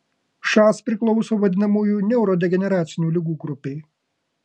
šas priklauso vadinamųjų neurodegeneracinių ligų grupei